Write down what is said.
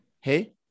Hey